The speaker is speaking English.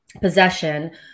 possession